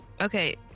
Okay